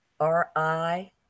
R-I